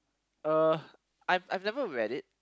uh I've I've never read it